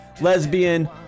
lesbian